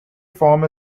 form